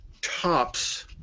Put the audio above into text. tops